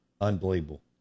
unbelievable